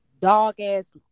dog-ass